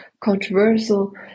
controversial